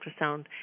ultrasound